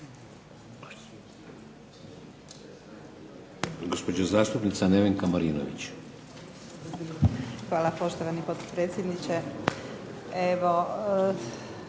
Hvala.